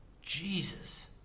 Jesus